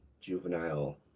juvenile